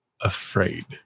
afraid